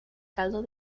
caldo